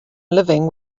living